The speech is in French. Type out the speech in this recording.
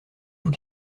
vous